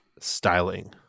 styling